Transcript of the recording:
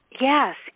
Yes